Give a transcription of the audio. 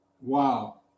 Wow